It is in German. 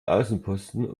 außenposten